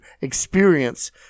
experience